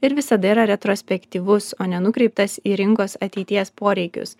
ir visada yra retrospektyvus o ne nukreiptas į rinkos ateities poreikius